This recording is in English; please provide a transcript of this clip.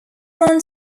run